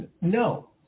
No